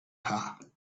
her